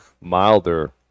milder